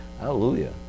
Hallelujah